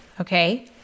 okay